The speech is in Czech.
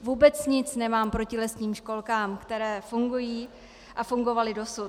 Vůbec nic nemám proti lesním školkám, které fungují a fungovaly dosud.